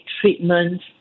treatment